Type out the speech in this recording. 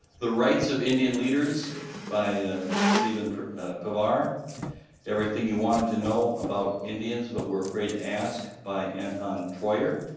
the rights of indian leaders by stephen of our everything you wanted to know about indians but were afraid to ask by anton troyer.